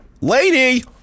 lady